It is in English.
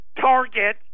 target